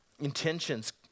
Intentions